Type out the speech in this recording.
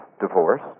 divorce